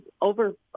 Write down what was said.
over